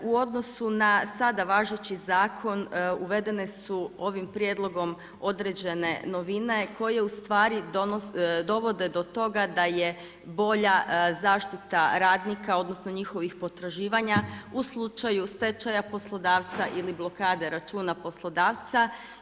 U odnosu na sada važeći zakon uvedene su ovim prijedlogom određene novine koje ustvari dovode do toga da je bolja zaštita radnika, odnosno njihovih potraživanja u slučaju stečaja poslodavca ili blokade računa poslodavca.